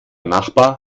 nachbar